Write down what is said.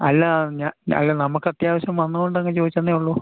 അല്ല അല്ല നമുക്കത്യാവശ്യം വന്നതുകൊണ്ടങ്ങു ചോദിച്ചെന്നേ ഉള്ളു